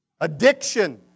addiction